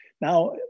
Now